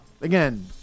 Again